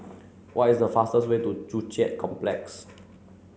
what is the fastest way to Joo Chiat Complex